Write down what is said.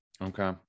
okay